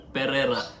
Pereira